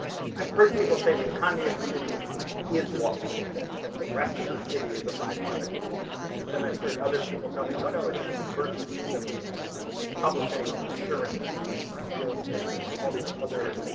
i've heard people say the economy of the city is wall street, that that the rest of the city is a byproduct of wall street. but then i've heard other people tell me, no, no, it's the diversity, it's that we have publishing and insurance and and real estate and all these other,